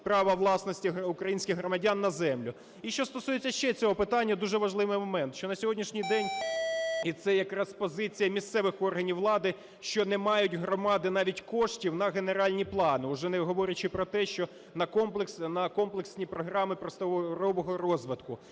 права власності українських громадян на землю. І що стосується ще цього питання, дуже важливий момент, що на сьогоднішній день, і це якраз позиція місцевих органів влади, що не мають громади навіть коштів на генеральні плани, уже не говорячи про те, що на комплексні програми просторового розвитку.